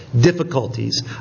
difficulties